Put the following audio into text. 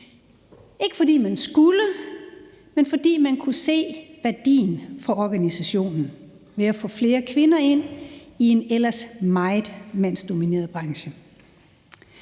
ikke fordi man skulle, men fordi man kunne se værdien for organisationen ved at få flere kvinder ind i en ellers meget mandsdomineret branche.